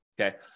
Okay